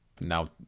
Now